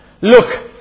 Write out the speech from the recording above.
look